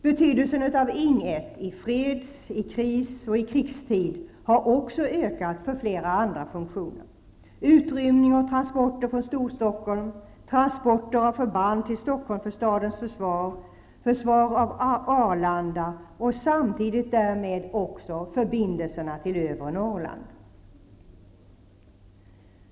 Betydelsen av Ing 1 i freds-, kris och krigstid har också ökat för flera andra funktioner: utrymning och transporter från Storstockholm, transporter av förband till Stockholm för stadens försvar, försvar av Arlanda och samtidigt därmed också förbindelserna till övre Norrland.